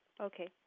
Okay